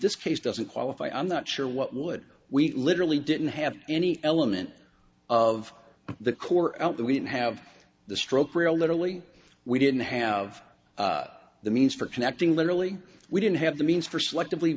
this case doesn't qualify i'm not sure what would we literally didn't have any element of the core out that we didn't have the stroke real literally we didn't have the means for connecting literally we didn't have the means for selectively